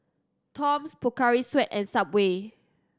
Toms Pocari Sweat and Subway